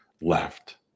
left